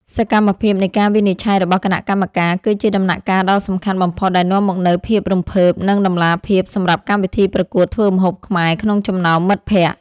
សកម្មភាពនៃការវិនិច្ឆ័យរបស់គណៈកម្មការ គឺជាដំណាក់កាលដ៏សំខាន់បំផុតដែលនាំមកនូវភាពរំភើប និងតម្លាភាពសម្រាប់កម្មវិធីប្រកួតធ្វើម្ហូបខ្មែរក្នុងចំណោមមិត្តភក្តិ។